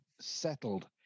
settled